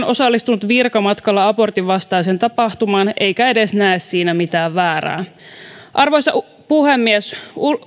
osallistunut virkamatkalla abortin vastaiseen tapahtumaan eikä edes näe siinä mitään väärää arvoisa puhemies